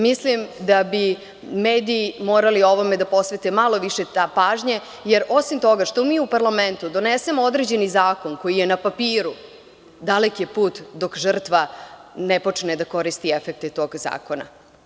Mislim da bi mediji morali ovome da posvete malo više pažnje, jer osim toga što mi u parlamentu donesemo određeni zakon koji je na papiru, dalek je put dok žrtva ne počne da koristi efekte tog zakona.